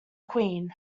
queen